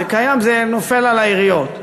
זה נופל על העיריות,